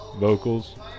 vocals